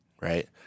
right